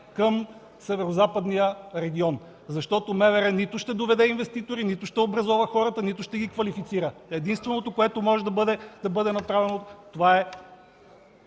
на вътрешните работи нито ще доведе инвеститори, нито ще образова хората, нито ще ги квалифицира. Единственото, което може да бъде направено, това е